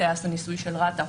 טייס הניסוי של רת"א,